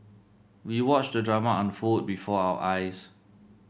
we watched the drama unfold before our eyes